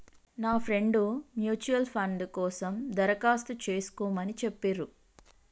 నా friend mutual fund కోసం దరఖాస్తు చేస్కోమని చెప్పిర్రు